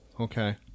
okay